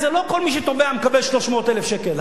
לא כל מי שתובע מקבל 300,000 שקל.